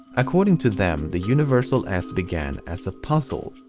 according to them, the universal s began as a puzzle.